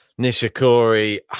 Nishikori